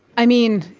i mean,